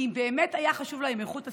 כי אם באמת הייתה חשובה להם איכות הסביבה,